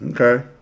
Okay